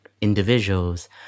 individuals